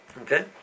Okay